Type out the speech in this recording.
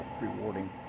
rewarding